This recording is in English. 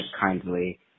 kindly